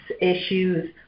issues